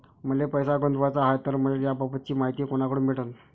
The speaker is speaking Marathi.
मले पैसा गुंतवाचा हाय तर मले याबाबतीची मायती कुनाकडून भेटन?